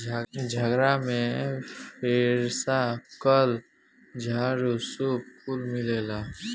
झगड़ा में फेरसा, कल, झाड़ू, सूप कुल मिलेला